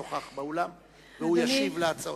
נוכח באולם והוא ישיב על ההצעות.